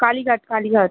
Kalighat Kalighat